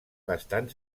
bastant